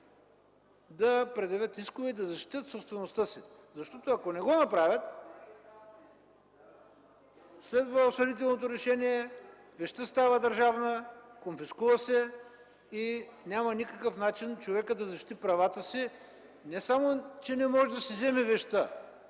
да предявят искове и да защитят собствеността си. Защото, ако не го направят, следва осъдителното решение, вещта става държавна, конфискува се и няма никакъв начин човекът да защити правата си. Не само че не може да си вземе вещта.